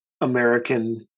American